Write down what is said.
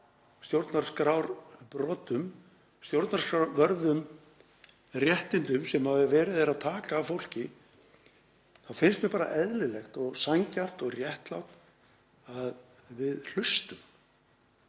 stjórnarskrárbrotum, stjórnarskrárvörðum réttindum sem verið er að taka af fólki, þá finnst mér bara eðlilegt og sanngjarnt og réttlátt að við hlustum.